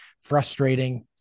frustrating